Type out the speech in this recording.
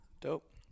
Dope